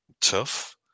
tough